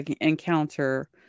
encounter